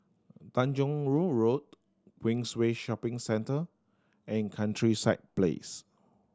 Tanjong Rhu Road Queensway Shopping Centre and Countryside Place